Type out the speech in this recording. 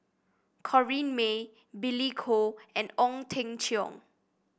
Corrinne May Billy Koh and Ong Teng Cheong